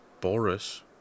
Boris